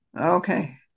okay